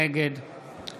נגד